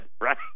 right